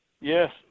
Yes